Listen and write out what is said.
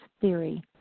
Theory